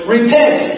Repent